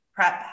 prep